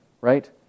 Right